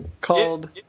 called